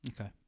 Okay